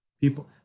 people